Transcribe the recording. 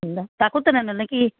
ৰাখো তেনেহ'লে নে কি